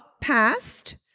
passed